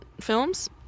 films